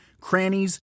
crannies